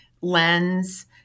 lens